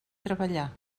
treballar